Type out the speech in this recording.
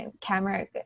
camera